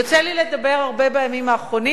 יוצא לי לדבר הרבה בימים האחרונים.